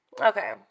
Okay